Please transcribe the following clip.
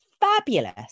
fabulous